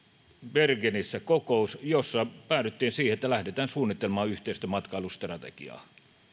bergenissä kokous jossa päädyttiin siihen että lähdetään suunnittelemaan yhteistä matkailustrategiaa